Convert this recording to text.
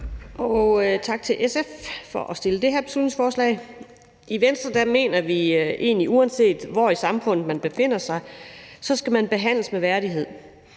tak til SF for at fremsætte det her beslutningsforslag. I Venstre mener vi, at man, uanset hvor i samfundet man befinder sig, skal behandles med værdighed.